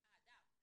אגמון,